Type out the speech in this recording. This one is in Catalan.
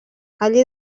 allí